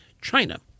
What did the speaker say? China